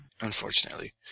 Unfortunately